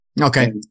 Okay